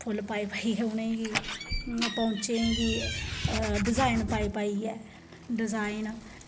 फुल्ल पाई पाइयै उ'नेंगी उं'दे पौंचें गी डिजाइन पाई पाइयै डिजाइन